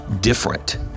different